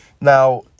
Now